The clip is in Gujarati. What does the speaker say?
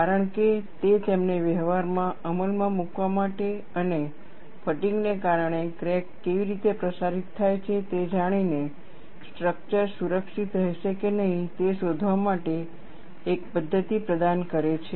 કારણ કે તે તેમને વ્યવહારમાં અમલમાં મૂકવા માટે અને ફટીગ ને કારણે ક્રેક કેવી રીતે પ્રસારિત થાય છે તે જાણીને સ્ટ્રક્ચર સુરક્ષિત રહેશે કે નહીં તે શોધવા માટે એક પદ્ધતિ પ્રદાન કરે છે